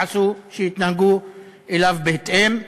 שיתנהגו אליו בהתאם.